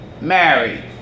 married